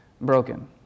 broken